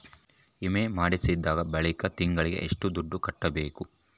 ವಿಮೆ ಮಾಡಿಸಿದ ಬಳಿಕ ತಿಂಗಳಿಗೆ ಎಷ್ಟು ದುಡ್ಡು ಕಟ್ಟಬೇಕು?